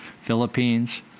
Philippines